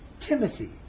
Timothy